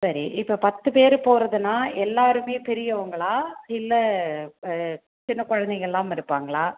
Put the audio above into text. சரி இப்போ பத்து பேர் போகிறதுனா எல்லாேருமே பெரியவங்களா இல்லை சின்ன குழந்தைங்கெல்லாம் இருப்பாங்களா